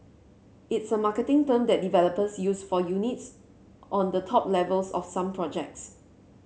it's a marketing term that developers use for units on the top levels of some projects